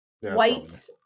White